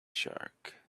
shark